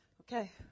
Okay